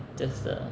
just the